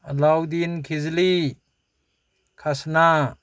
ꯑꯂꯥꯎꯗꯤꯟ ꯈꯤꯖꯤꯜꯂꯤ ꯈꯁꯅꯥ